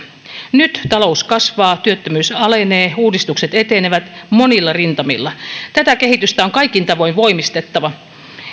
nyt talous kasvaa työttömyys alenee uudistukset etenevät monilla rintamilla tätä kehitystä on kaikin tavoin voimistettava